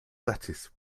lettuce